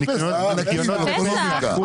בניקיונות לפסח.